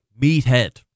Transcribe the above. Meathead